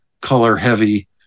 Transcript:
color-heavy